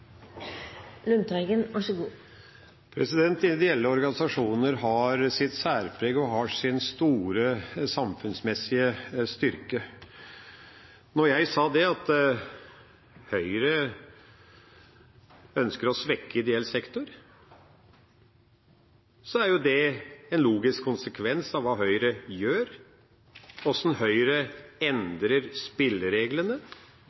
Lundteigen har hatt ordet to ganger tidligere og får ordet til en kort merknad, begrenset til 1 minutt. Ideelle organisasjoner har sitt særpreg og har en stor samfunnsmessig styrke. Da jeg sa at Høyre ønsker å svekke ideell sektor, er jo det en logisk konsekvens av hva Høyre gjør: Høyre